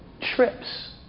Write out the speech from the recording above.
trips